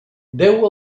déu